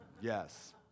yes